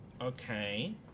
Okay